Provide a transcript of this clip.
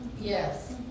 Yes